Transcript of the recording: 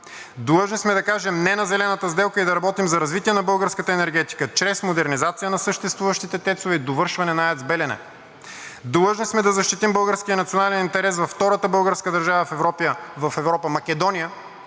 Длъжни сме да кажем не на зелената сделка и да работим за развитие на българската енергетика чрез модернизация на съществуващите тецове и довършване на АЕЦ „Белене“. Длъжни сме да защитим българския национален интерес във втората българска държава в Европа – Македония,